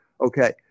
Okay